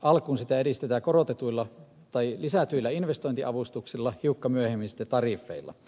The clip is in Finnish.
alkuun sitä edistetään lisätyillä investointiavustuksilla hiukan myöhemmin sitten tariffeilla